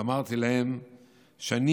אמרתי להם שאני